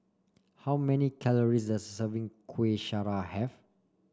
how many calories does serving Kueh Syara have